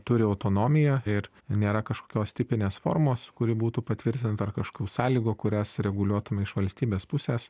turi autonomiją ir nėra kažkokios tipinės formos kuri būtų patvirtinta ar kažkokių sąlygų kurias reguliuotume iš valstybės pusės